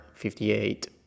58